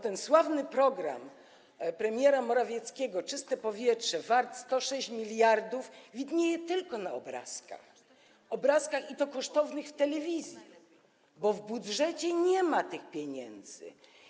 Ten sławny program premiera Morawieckiego „Czyste powietrze” wart 106 mld widnieje tylko na obrazkach, i to kosztownych, w telewizji, bo w budżecie nie ma tych pieniędzy.